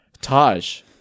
Taj